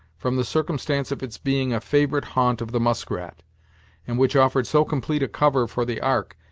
from the circumstance of its being a favorite haunt of the muskrat and which offered so complete a cover for the ark,